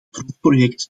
proefproject